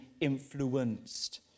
influenced